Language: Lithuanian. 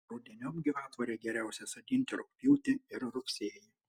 rudeniop gyvatvorę geriausia sodinti rugpjūtį ir rugsėjį